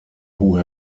who